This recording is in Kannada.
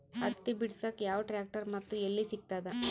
ಹತ್ತಿ ಬಿಡಸಕ್ ಯಾವ ಟ್ರ್ಯಾಕ್ಟರ್ ಮತ್ತು ಎಲ್ಲಿ ಸಿಗತದ?